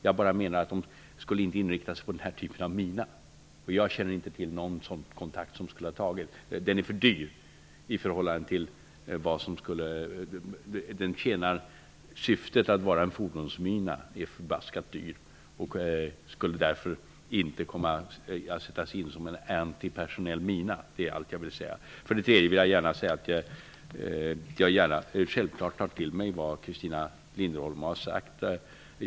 Jag menar bara att de inte skulle inrikta sig på den här typen av mina. Jag känner inte till att någon kontakt skulle ha tagits. Minan är för dyr. Den fungerar som en fordonsmina, och är oerhört dyr. Den skulle därför inte komma att sättas in som en antipersonell mina. Jag tar självfallet till mig vad Christina Linderholm har sagt.